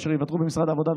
אשר ייוותרו במשרד העבודה,